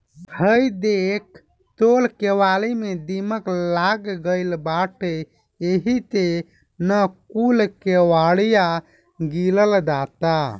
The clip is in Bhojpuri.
हइ देख तोर केवारी में दीमक लाग गइल बाटे एही से न कूल केवड़िया गिरल जाता